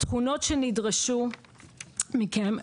התכונות שנדרשו מכם,